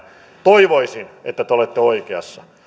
toivoisin että te olette oikeassa